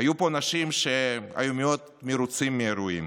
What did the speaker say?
היו פה אנשים שהיו מאוד מרוצים מהאירועים.